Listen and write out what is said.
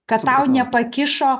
kad tau nepakišo